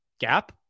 gap